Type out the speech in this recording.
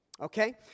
okay